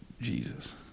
Jesus